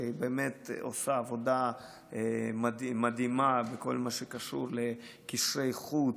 שבאמת עושה עבודה מדהימה בכל מה שקשור לקשרי חוץ,